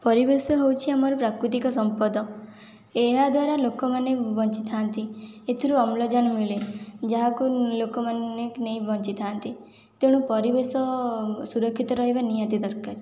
ପରିବେଶ ହେଉଛି ଆମର ପ୍ରାକୃତିକ ସମ୍ପଦ ଏହାଦ୍ୱାରା ଲୋକମାନେ ବଞ୍ଚିଥାନ୍ତି ଏଥିରୁ ଅମ୍ଳଜାନ ମିଳେ ଯାହାକୁ ଲୋକମାନେ ନେଇ ବଞ୍ଚିଥାନ୍ତି ତେଣୁ ପରିବେଶ ସୁରକ୍ଷିତ ରହିବା ନିହାତି ଦରକାର